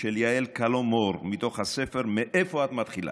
של יעל קלו מור מתוך הספר "מאיפה את מתחילה".